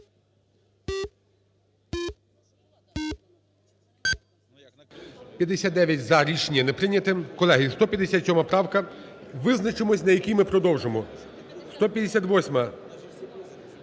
За-59 Рішення не прийнято. Колеги, 157 правка. Визначимося, на якій ми продовжимо. 158-а.